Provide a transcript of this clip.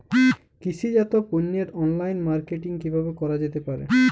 কৃষিজাত পণ্যের online marketing কিভাবে করা যেতে পারে?